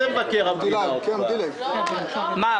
מה?